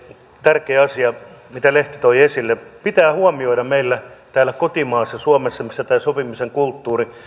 tärkeä asia mitä lehti toi esille pitää huomioida meillä täällä kotimaassa suomessa missä tämä sopimisen kulttuuri